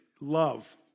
love